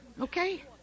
Okay